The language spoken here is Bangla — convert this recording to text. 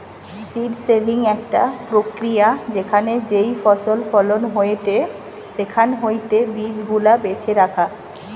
সীড সেভিং একটা প্রক্রিয়া যেখানে যেই ফসল ফলন হয়েটে সেখান হইতে বীজ গুলা বেছে রাখা